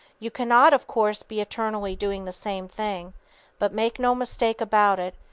you cannot of course be eternally doing the same thing but make no mistake about it,